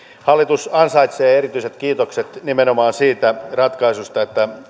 hallitus ansaitsee erityiset kiitokset nimenomaan siitä ratkaisusta että